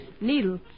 Needle